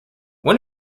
one